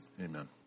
amen